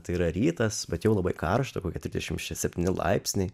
tai yra rytas bet jau labai karšta kokie trisdešim septyi laipsniai